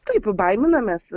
taip baiminamės